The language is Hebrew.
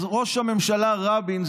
אז ראש הממשלה רבין,